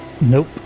Nope